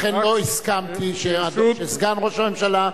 לכן לא הסכמתי שסגן ראש הממשלה,